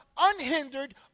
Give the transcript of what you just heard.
unhindered